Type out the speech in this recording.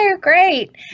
great